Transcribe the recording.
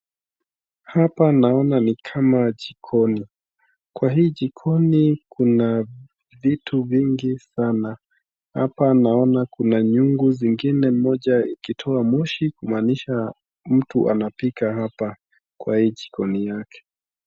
Hapa naona ni kama jikoni. Kwa hii jikoni kuna vitu vingi sana. Hapa naona kuna nyungu zingine, moja ikitoa moshi kumaanisha mtu anapika hapa kwa hii jikoni yake.